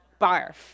barf